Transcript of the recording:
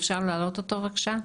אפשר להעלות אותו בבקשה?